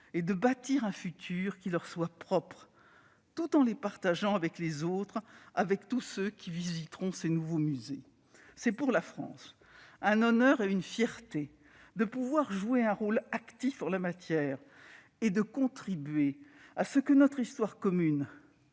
et de bâtir un futur qui leur soient propres, tout en faisant l'objet d'un partage avec les autres, avec tous ceux qui visiteront ces nouveaux musées. C'est, pour la France, un honneur et une fierté de pouvoir jouer un rôle actif en la matière, et de contribuer à ce que notre histoire commune,